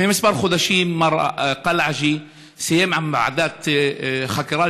לפני כמה חודשים מר קלעג'י סיים את העבודה שלו עם ועדת חקירה